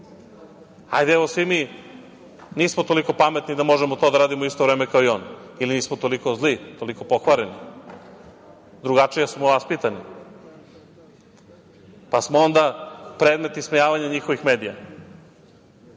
Hajde, evo, svi mi nismo toliko pametni da možemo to da radimo u isto vreme kao on, ili nismo toliko zli, toliko pokvareni, drugačije smo vaspitani, pa smo onda predmet ismejavanja njihovih medija.